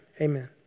amen